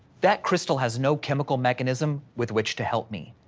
that crystal has no chemical mechanism with which to help me.